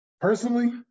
Personally